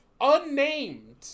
unnamed